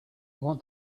want